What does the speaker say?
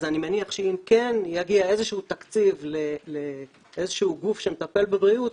אז אני מניח שאם כן יגיע איזשהו תקציב לאיזשהו גוף שמטפל בבריאות,